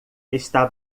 está